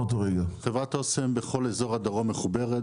חברת אוסם בכל אזור הדרום מחוברת,